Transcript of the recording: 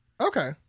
Okay